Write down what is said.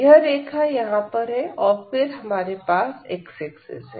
यह रेखा यहां पर है और फिर हमारे पास x एक्सिस है